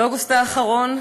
באוגוסט האחרון,